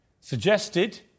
Suggested